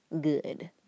good